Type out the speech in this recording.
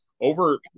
over